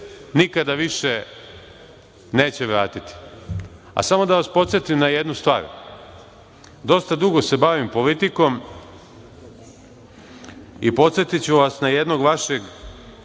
nikada više neće vratiti.A samo da vas podsetim na jednu stvar, dosta dugo se bavim politikom i podsetiću vas na jednog vašeg